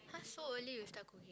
!huh! so early you start cooking